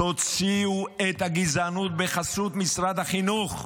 תוציאו את הגזענות בחסות משרד החינוך.